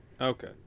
Okay